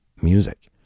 music